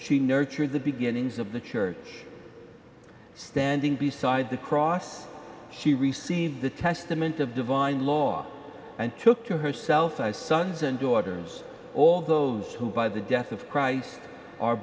she nurtured the beginnings of the church standing beside the cross she received the testament of divine law and took to herself as sons and daughters all those who by the death of christ are